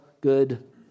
good